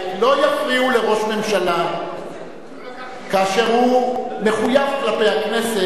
לא יפריעו לראש ממשלה כאשר הוא מחויב כלפי הכנסת,